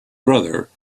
brother